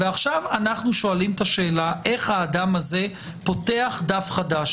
ועכשיו אנחנו שואלים את השאלה איך האדם הזה פותח דף חדש.